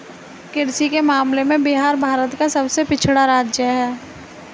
कृषि के मामले में बिहार भारत का सबसे पिछड़ा राज्य है